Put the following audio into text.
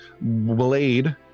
blade